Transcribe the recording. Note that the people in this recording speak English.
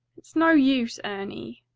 it's no use, erny.